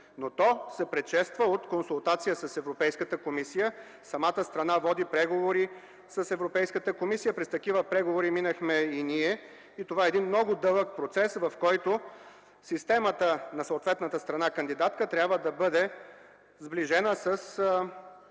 но то се предшества от консултация с Европейската комисия. Самата страна води преговори с Европейската комисия. През такива преговори минахме и ние. Това е дълъг процес, в който системата на съответната страна кандидатка трябва да бъде сближена с